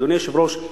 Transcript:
אדוני היושב-ראש,